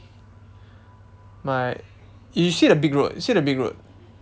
my you see the big road you see the big road